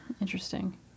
interesting